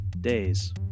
days